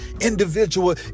individual